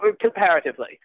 comparatively